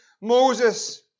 Moses